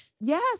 Yes